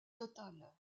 totale